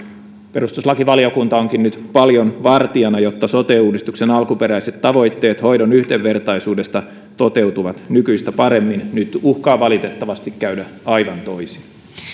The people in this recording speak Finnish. perustuslakivaliokunta onkin nyt paljon vartijana jotta sote uudistuksen alkuperäiset tavoitteet hoidon yhdenvertaisuudesta toteutuvat nykyistä paremmin nyt uhkaa valitettavasti käydä aivan toisin